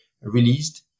released